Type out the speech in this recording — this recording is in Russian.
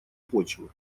почвы